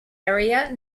area